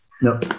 No